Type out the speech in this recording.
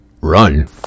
run